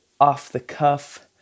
off-the-cuff